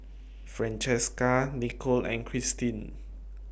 Francesca Nichole and Christine